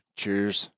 cheers